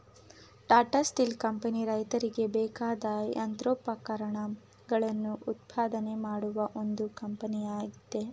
Tata steel company ರೈತರಿಗೆ ಬೇಕಾದ ಯಂತ್ರೋಪಕರಣಗಳನ್ನು ಉತ್ಪಾದನೆ ಮಾಡುವ ಒಂದು ಕಂಪನಿಯಾಗಿದೆ